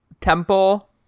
temple